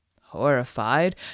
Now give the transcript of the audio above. Horrified